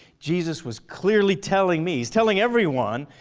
jesus was clearly telling me, he's telling everyone,